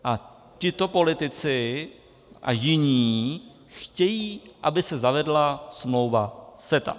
A tito politici a jiní chtějí, aby se zavedla smlouva CETA.